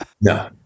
No